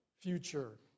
future